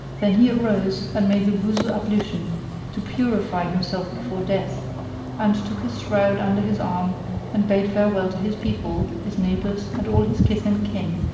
then he arose, and made the wuzu ablution to purify himself before death and took his shroud under his arm and bade farewell to his people, his neighbours and all his kith and kin,